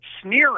sneering